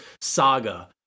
saga